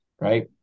Right